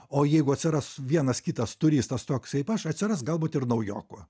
o jeigu atsiras vienas kitas turistas toks kaip aš atsiras galbūt ir naujokų